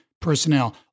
personnel